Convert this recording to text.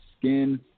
skin